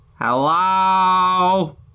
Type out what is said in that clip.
Hello